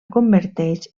converteix